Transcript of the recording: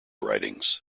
writings